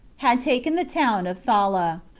had taken the town of thala,